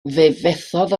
fethodd